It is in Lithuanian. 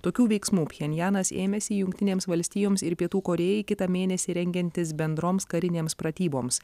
tokių veiksmų pchenjanas ėmėsi jungtinėms valstijoms ir pietų korėjai kitą mėnesį rengiantis bendroms karinėms pratyboms